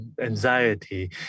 anxiety